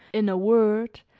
in a word,